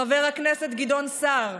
חבר הכנסת גדעון סער.